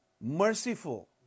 merciful